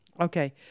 okay